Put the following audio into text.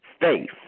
faith